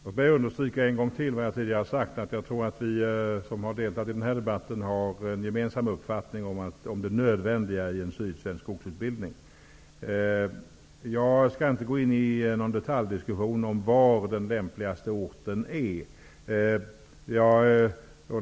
Fru talman! Låt mig en gång till understryka vad jag tidigare sagt, nämligen att jag tror att vi som har deltagit i den här debatten har en gemensam uppfattning om det nödvändiga i en sydsvensk skogsutbildning. Jag skall inte gå in i någon detaljdiskussion om vilken som är den lämpligaste orten.